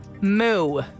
moo